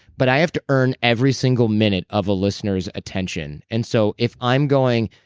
but i have to earn every single minute of a listener's attention. and so if i'm going,